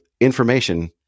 information